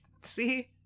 see